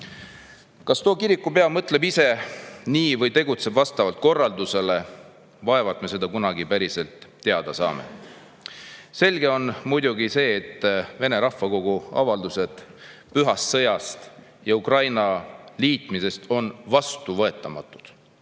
Kas too kirikupea mõtleb ise nii või tegutseb vastavalt korraldusele? Vaevalt me seda kunagi päriselt teada saame. Selge on muidugi see, et vene rahvakogu avaldused pühast sõjast ja Ukraina liitmisest on vastuvõetamatud.